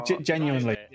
genuinely